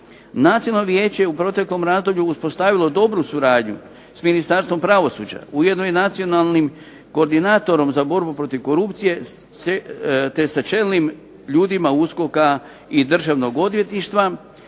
Nacionalno vijeće u proteklom razdoblju je uspostavilo dobru suradnju s Ministarstvom pravosuđa, ujedno i nacionalnim koordinatorom za borbu protiv korupcije te sa čelnim ljudima USKOK-a i Državnog odvjetništva